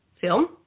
film